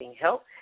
help